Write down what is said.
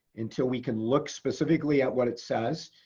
until we can look specifically at what it says,